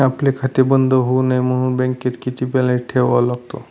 आपले खाते बंद होऊ नये म्हणून बँकेत किती बॅलन्स ठेवावा लागतो?